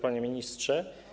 Panie Ministrze!